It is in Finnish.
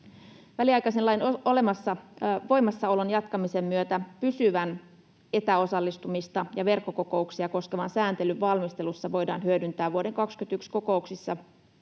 Väliaikaisen lain voimassaolon jatkamisen myötä pysyvän etäosallistumista ja verkkokokouksia koskevan sääntelyn valmistelussa voidaan hyödyntää vuoden 21 kokouksissa